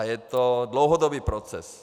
Je to dlouhodobý proces.